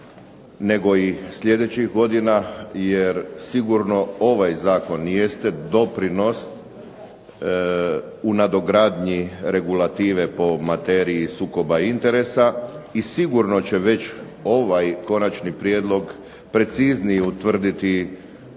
nego i sljedećih godina jer sigurno ovaj zakon jeste doprinos u nadogradnji regulative po materiji sukoba interesa, i sigurno će već ovaj konačni prijedlog preciznije utvrditi